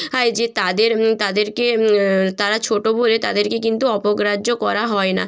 হয় যে তাদের তাদেরকে তারা ছোটো বলে তাদেরকে কিন্তু অপগ্রাহ্য করা হয় না